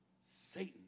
Satan